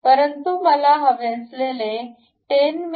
परंतु मला हवे असलेले १० मि